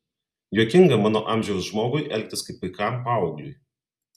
juokinga mano amžiaus žmogui elgtis kaip paikam paaugliui